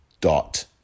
dot